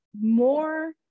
more